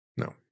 No